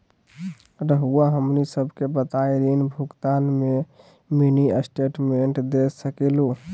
रहुआ हमनी सबके बताइं ऋण भुगतान में मिनी स्टेटमेंट दे सकेलू?